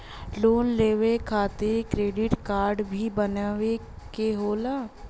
Loan लेवे खातिर credit काडे भी बनवावे के होला?